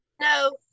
No